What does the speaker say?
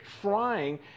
trying